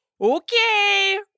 okay